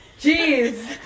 Jeez